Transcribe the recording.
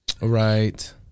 Right